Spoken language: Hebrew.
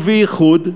ובייחוד,